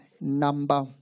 number